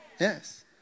Yes